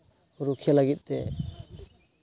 ᱨᱩᱠᱷᱤᱭᱟᱹ ᱞᱟᱹᱜᱤᱫᱛᱮ